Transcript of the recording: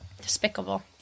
despicable